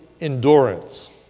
endurance